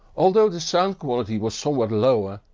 although the sound quality was somewhat lower,